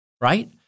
right